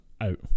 out